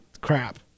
crap